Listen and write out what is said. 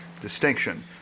distinction